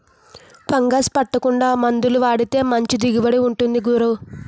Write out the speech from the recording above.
fungus పట్టకుండా మందులు వాడితే మంచి దిగుబడి ఉంటుంది గురూ